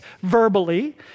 verbally